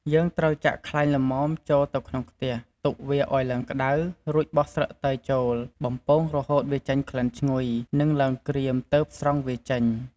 យើងត្រូវចាក់់ខ្លាញ់ល្មមចូលទៅក្នុងខ្ទះ ទុកឲ្យវាឡើងក្ដៅ រួចបោះស្លឹកតើយចូល បំពងរហូតវាចេញក្លិនឈ្ងុយ និង ឡើងក្រៀម ទើបស្រង់វាចេញ។